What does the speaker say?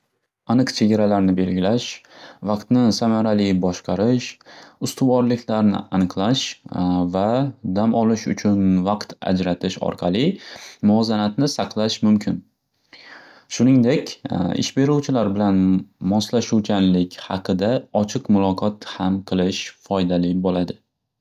Aniq chegaralarni belgilash, vaqtni samarali boshqarish, ustivorliklarni aniqlash va dam olish uchun vaqt ajratish orqali muozanatni saqlash mumkin. Shuningdek, ish beruvchilar bilan moslashuvchanlik haqida ochiq muloqot ham qilish foydali bo'ladi.